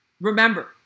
Remember